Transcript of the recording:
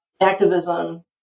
activism